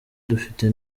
dufite